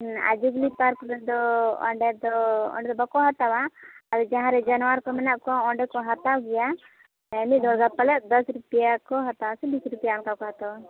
ᱟᱨ Jubilee Park ᱨᱮᱫᱚ ᱚᱸᱰᱮᱫᱚ ᱚᱸᱰᱮᱫᱚ ᱵᱟᱠᱚ ᱦᱟᱛᱟᱣᱟ ᱟᱫᱚ ᱡᱟᱦᱟᱸᱨᱮ ᱡᱟᱱᱣᱟᱨᱠᱚ ᱢᱮᱱᱟᱜ ᱠᱚᱣᱟ ᱚᱸᱰᱮᱠᱚ ᱦᱟᱛᱟᱣ ᱜᱮᱭᱟ ᱢᱤᱫ ᱦᱚᱲᱨᱮ ᱯᱟᱞᱮᱫ ᱫᱚᱥ ᱨᱩᱯᱤᱭᱟᱹᱠᱚ ᱦᱟᱛᱟᱣᱟ ᱥᱮ ᱵᱤᱥ ᱨᱩᱯᱤᱭᱟᱹ ᱚᱱᱠᱟᱠᱚ ᱦᱟᱛᱟᱣᱟ